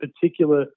particular